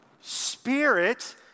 Spirit